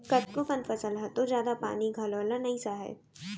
कतको कन फसल ह तो जादा पानी घलौ ल नइ सहय